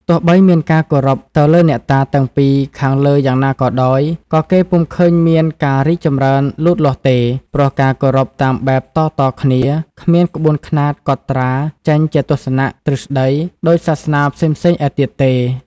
ទោះបីមានការគោរពទៅលើអ្នកតាទាំងពីរខាងលើយ៉ាងណាក៏ដោយ ក៏គេពុំឃើញមានការរីកចម្រើនលូតលាស់ទេ ព្រោះការគោរពតាមបែបតៗគ្នា គ្មានក្បួនខ្នាតកត់ត្រារចេញជាទស្សនៈ ទ្រឹស្តី ដូចសាសនាផ្សេងៗឯទៀតទេ។